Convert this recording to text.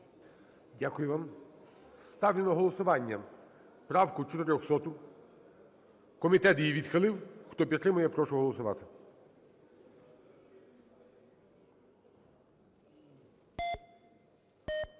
ГОЛОВУЮЧИЙ. Ставлю на голосування правку 401. Комітет її відхилив. Хто підтримує, я прошу голосувати.